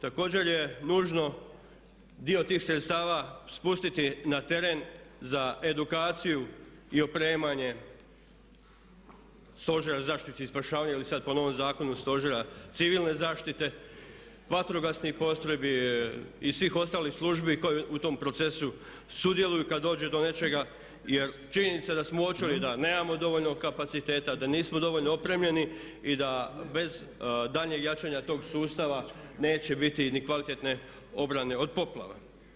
Također je nužno dio tih sredstava spustiti na teren za edukaciju i opremanje stožera za zaštitu i spašavanje ili sad po novom Zakonu civilne zaštite, vatrogasnih postrojbi i svih ostalih službi koje u tom procesu sudjeluju kad dođe do nečega jer činjenica smo uočili da nemamo dovoljno kapaciteta, da nismo dovoljno opremljeni i da bez daljnjeg jačanja tog sustava neće biti ni kvalitetne obrane od poplava.